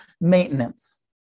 maintenance